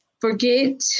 forget